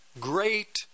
great